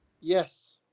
Yes